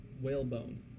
Whalebone